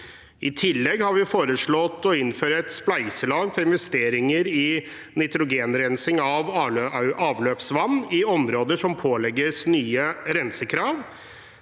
I tillegg har vi foreslått å innføre et spleiselag for investeringer i nitrogenrensing av avløpsvann i områder som pålegges nye rensekrav.